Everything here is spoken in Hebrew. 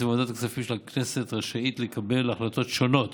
וועדת הכספים של הכנסת רשאית לקבל החלטות שונות